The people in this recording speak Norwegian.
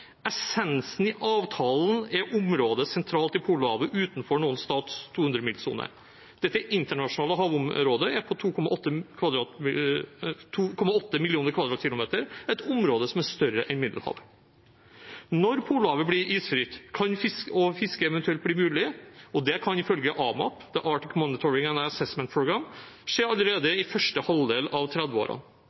Essensen i avtalen er området sentralt i Polhavet utenfor noen stats 200-milssone. Dette internasjonale havområdet er på 2,8 millioner km 2 , et område som er større enn Middelhavet. Når Polhavet blir isfritt, kan fiske eventuelt bli mulig. Det kan ifølge AMAP, Arctic Monitoring and Assessment Programme, skje allerede i første halvdel av